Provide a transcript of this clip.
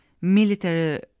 military